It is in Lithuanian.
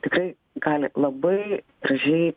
tikrai gali labai gražiai